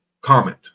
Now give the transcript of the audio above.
comment